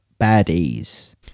baddies